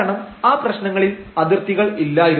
കാരണം ആ പ്രശ്നങ്ങളിൽ അതിർത്തികൾ ഇല്ലായിരുന്നു